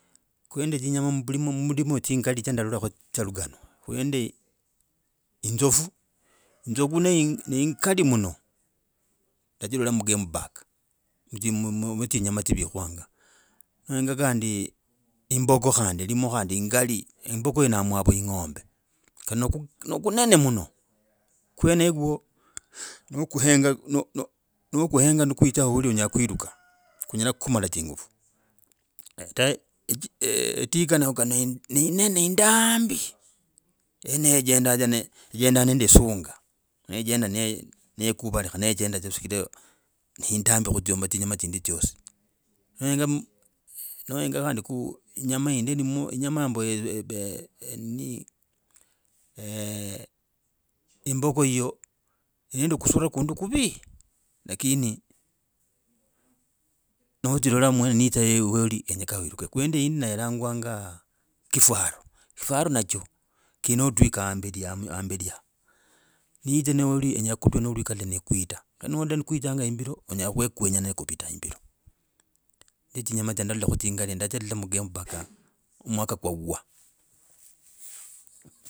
Ku nende dzinyama mubulimo, mudimo, zingali dzya ndalala dzya lugano. Ku nende inzofu, inzofu neingali mno, najilala mu game park. Mutsinyama tsivikwanga. Kandi imboga kandi ilimo khandi ingali. Imboga inamwa ku eng’ombe, no kunene muno. Kwenoko no okuhenga ne kwicha woli onyela kweluga kunyela kukumala zingafu. Etwiga nayo ne inene indambii, yeneyo ejendaa ne indambi khutsinyama tsindi tsyasi no henga khandi yinyama yindi enyama ombu eeeh enini, imboga heyo yi nende kusura kundi kuvi lakini najilola mwene ne yitsa wali kenyaka wiruke ku nende yindi nayo ilangwanga kifwaru, kifaro nancho ki no otwika amberi yaha ni yidza woli onyela wekunya nekupita imbiro. Nizyo dzinyama zingali. Nazilola mugamopark mwaka kwavwa.